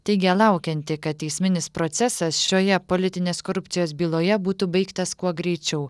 teigė laukianti kad teisminis procesas šioje politinės korupcijos byloje būtų baigtas kuo greičiau